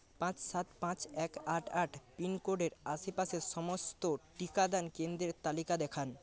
পাঁচ সাত পাঁচ এক আট আট পিনকোডের আশেপাশের সমস্ত টিকাদান কেন্দ্রের তালিকা দেখান